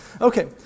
Okay